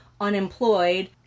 unemployed